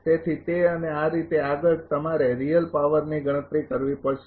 તેથી તે અને આ રીતે આગળ તમારે રિયલ પાવરની ગણતરી કરવી પડશે